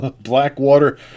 Blackwater